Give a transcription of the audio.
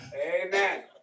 Amen